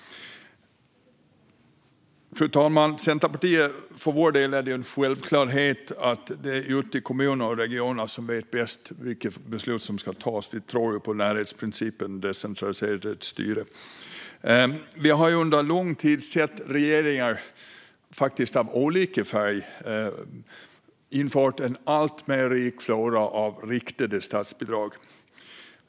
Fru talman! För oss i Centerpartiet är det en självklarhet att det är ute i kommuner och regioner man vet bäst vilka beslut som ska fattas. Vi tror på närhetsprincipen och decentraliserat styre. Vi har under lång tid sett regeringar av olika färg införa en allt rikare flora av riktade statsbidrag.